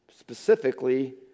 Specifically